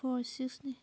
four ꯁꯤꯛꯁꯅꯤ